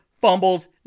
Fumbles